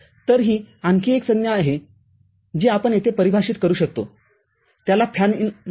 तर ही आणखी एक संज्ञा आहे जी आपण येथे परिभाषित करू शकतो त्याला फॅन इन म्हणतात